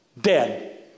dead